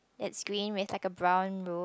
that's green with like a brown roof